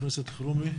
תודה, חבר הכנסת אלחרומי.